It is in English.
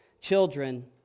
Children